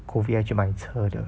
COVID 还去买车的